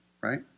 right